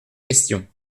question